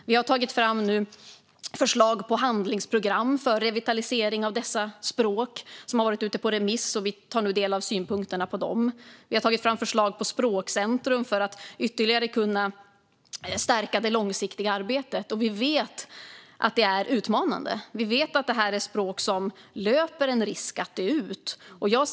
Vi har tagit fram förslag på handlingsprogram för revitalisering av dessa språk. De har varit ute på remiss, och vi tar nu del av synpunkterna på dem. Vi har tagit fram förslag på språkcentrum för att kunna stärka det långsiktiga arbetet ytterligare. Vi vet att det är utmanande. Vi vet att detta är språk som löper risk att dö ut.